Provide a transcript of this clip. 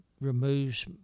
removes